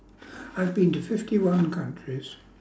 I've been to fifty one countries